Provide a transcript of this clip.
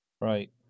right